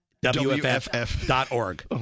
WFF.org